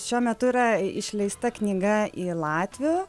šiuo metu yra išleista knyga į latvių